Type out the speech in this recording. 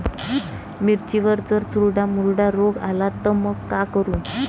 मिर्चीवर जर चुर्डा मुर्डा रोग आला त मंग का करू?